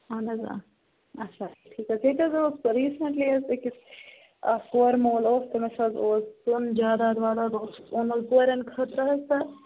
اہَن حظ آ اچھا ٹھیٖک حظ ییٚتہِ حظ اوس ریٖسٮ۪نٛٹلی حظ أکِس اَکھ کورِ مول اوس تٔمِس حظ اوس سۄن جاداد واداد اوسُکھ اوٚنمُت کورٮ۪ن خٲطرٕ حظ تہٕ